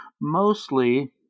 mostly